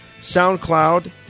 SoundCloud